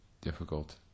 Difficult